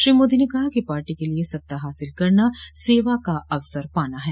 श्री मोदी ने कहा कि पार्टी के लिए सत्ता हासिल करना सेवा का अवसर पाना है